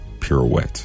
Pirouette